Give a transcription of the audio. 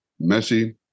Messi